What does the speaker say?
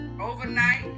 overnight